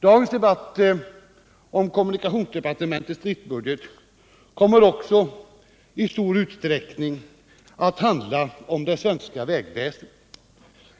Dagens debatt om kommunikationsdepartementets driftsbudget kommer att i stor utsträckning handla om det svenska vägväsendet.